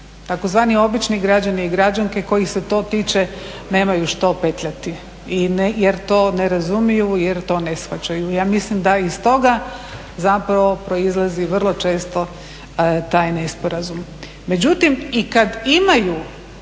tzv. obični građani i građanki kojih se to tiče nemaju što petljati jer to ne razumiju jer to ne shvaćaju. Ja mislim da iz toga proizlazi vrlo često taj nesporazum. Međutim i kad imaju,